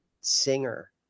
singer